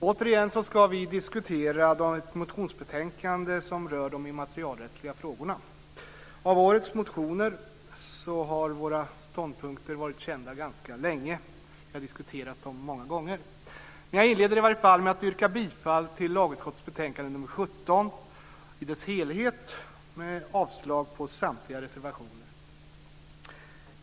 Fru talman! Återigen ska vi diskutera ett motionsbetänkande som rör de immaterialrättsliga frågorna. Våra olika ståndpunkter angående årets motioner har varit kända ganska länge. Vi har diskuterat dem många gånger. Jag inleder i alla fall med att yrka bifall till förslaget i lagutskottets betänkande nr 17 i dess helhet samt avslag på samtliga reservationer.